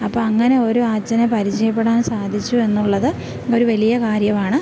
അപ്പോൾ അങ്ങനെ ഒരു അച്ഛനെ പരിചയപ്പെടാൻ സാധിച്ചു എന്നുള്ളത് ഒരു വലിയ കാര്യമാണ്